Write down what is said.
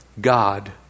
God